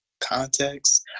context